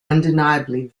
undeniably